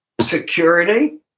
security